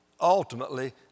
ultimately